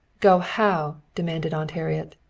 go how? demanded aunt harriet.